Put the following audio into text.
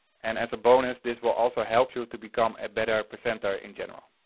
and as a bonus, this will also help you to become a better presenter in general.